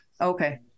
okay